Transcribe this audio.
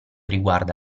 riguarda